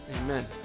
Amen